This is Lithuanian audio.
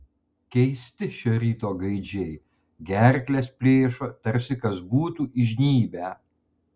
keisti šio ryto gaidžiai gerkles plėšo tarsi kas būtų įžnybę